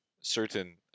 certain